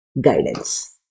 guidance